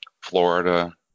Florida